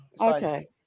Okay